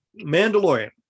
Mandalorian